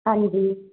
ਹਾਂਜੀ